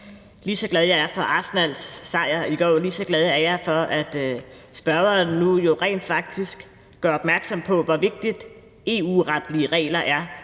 Lige så glad jeg er for Arsenals sejr i går, lige så glad er jeg for, at spørgeren jo nu rent faktisk gør opmærksom på, hvor vigtige EU-retlige regler er